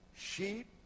Sheep